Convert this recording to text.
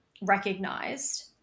recognized